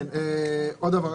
כן, עוד דבר.